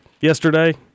Yesterday